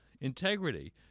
integrity